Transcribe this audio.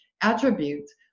attributes